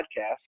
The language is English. podcast